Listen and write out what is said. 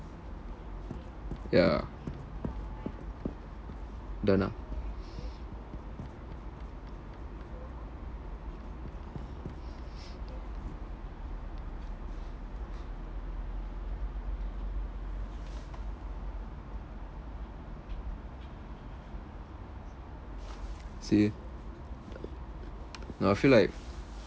ya done ah see no I feel like